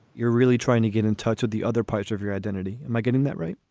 you're really trying to get in touch with the other parts of your identity. am i getting that right?